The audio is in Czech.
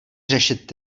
řešit